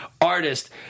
artist